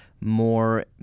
more